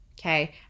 okay